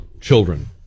children